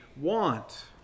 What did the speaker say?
want